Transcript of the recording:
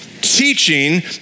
teaching